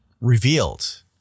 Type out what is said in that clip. revealed